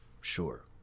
Sure